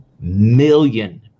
million